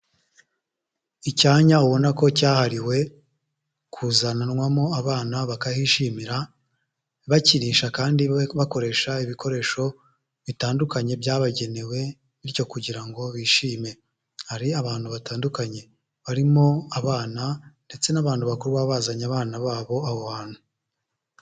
Icyanya ubona ko cyahariwe kuzananwamo abana bakahishimira, bakirisha kandi bakoresha ibikoresho bitandukanye byabagenewe bityo kugira ngo bishime, hari abantu batandukanye barimo abana ndetse n'abantu bakuru baba bazanye abana babo aho hantu.